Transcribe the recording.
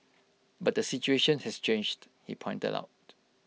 but the situation has changed he pointed out